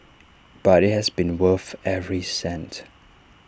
but IT has been worth every cent